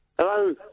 Hello